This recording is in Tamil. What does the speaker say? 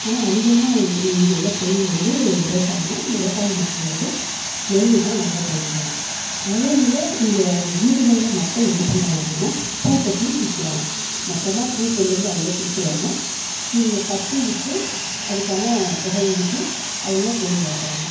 ஆனால் அதிகமாக இங்கே உள்ள தொழில் வந்து விவசாயம்தான் இந்த விவசாய மக்கள் வந்து நெல்தான் நிறைய பயிரிடறாங்க அதுன்னில்லை இங்கே வீடுகளில் மக்கள் என்ன பண்ணுறாங்க அப்படின்னா பூக்கட்டி விற்கிறாங்க மொத்தமாக பூ கொண்டு வந்து அவங்களே கொடுத்துடுவாங்க இவங்க கட்டி விற்று அதுக்கான தொகையை ஈட்டி அவங்க தொழில் நடத்துறாங்க